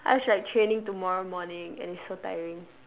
I have like training tomorrow morning and it's so tiring